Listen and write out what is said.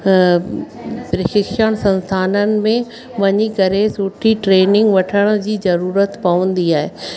प्रशिक्षण संस्थाननि में वञी करे सुठी ट्रेनिंग वठण जी ज़रूरत पवंदी आहे